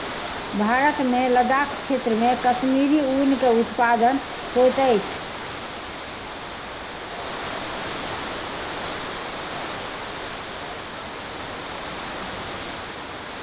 भारत मे लदाख क्षेत्र मे कश्मीरी ऊन के उत्पादन होइत अछि